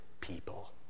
people